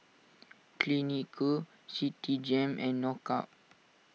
Clinique Citigem and Knockout